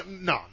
No